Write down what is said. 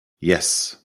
yes